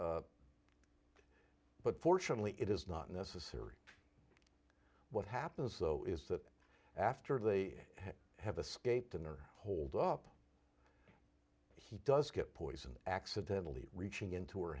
and but fortunately it is not necessary what happens though is that after they have a scape dinner hold up he does get poisoned accidentally reaching into her